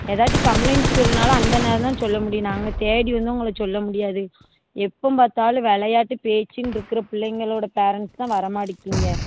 ஏதாட்டி complaints சொல்லணுனாலும் அந்த நேரம்தான் சொல்ல முடியும் நாங்கள் தேடி வந்து உங்களுக்கு சொல்ல முடியாது எப்போம் பார்த்தாலும் விளையாட்டு பேச்சுன்னு இருக்கிற பிள்ளைங்களோடய பேரண்ட்ஸ் தான் வர மாட்டேங்கீங்க